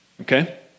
okay